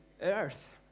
earth